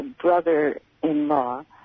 brother-in-law